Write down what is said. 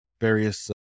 various